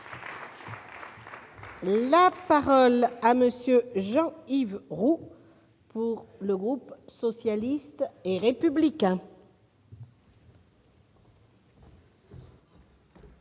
La parole est à M. Jean-Yves Roux, pour le groupe socialiste et républicain.